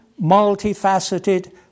multifaceted